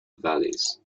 valleys